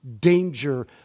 danger